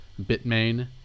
bitmain